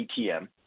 ATM